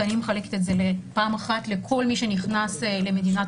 אני מחלקת את זה פעם אחת לכל מי שנכנס למדינת